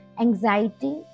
Anxiety